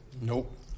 Nope